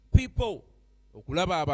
people